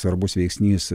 svarbus veiksnys